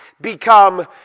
become